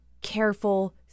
careful